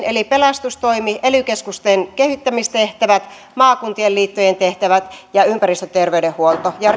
eli pelastustoimi ely keskusten kehittämistehtävät maakuntien liittojen tehtävät ja ympäristöterveydenhuolto ja